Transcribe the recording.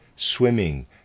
Swimming